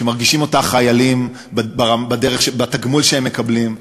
שמרגישים אותה החיילים בתגמול שהם מקבלים.